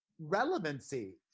relevancy